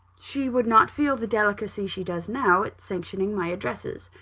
she would not feel the delicacy she does now at sanctioning my addresses.